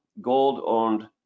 Gold-owned